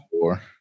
four